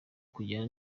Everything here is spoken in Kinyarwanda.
kujyana